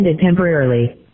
temporarily